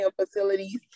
facilities